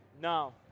No